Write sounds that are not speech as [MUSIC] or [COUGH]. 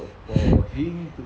[BREATH]